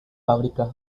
fábricas